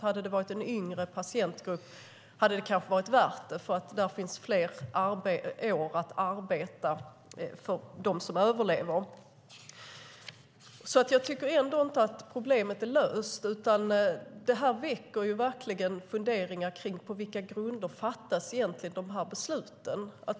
Hade det varit en yngre patientgrupp hade det kanske varit värt det eftersom det återstår fler år att arbeta för dem som överlever. Jag tycker därför inte att problemet är löst. Detta väcker verkligen funderingar kring på vilka grunder som dessa beslut egentligen fattas.